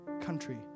country